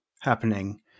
happening